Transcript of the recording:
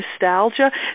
nostalgia